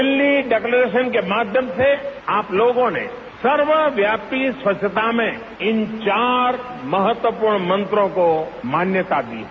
Delhi declaration के माध्यम से आप लोगों ने सर्वव्यापी स्वच्छता में इन चार महत्वपूर्ण मंत्रों को मान्यता दी है